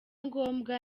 ngombwa